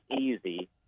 easy